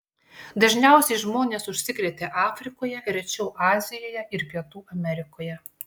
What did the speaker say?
dažniausiai žmonės užsikrėtė afrikoje rečiau azijoje ir pietų amerikoje